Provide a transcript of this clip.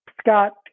Scott